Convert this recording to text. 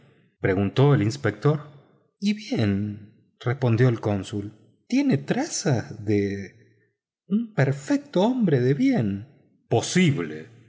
preguntó el inspector y bien respondió el cónsul tiene trazas de un perfecto hombre de bien posible